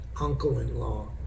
uncle-in-law